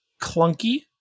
clunky